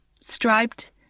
striped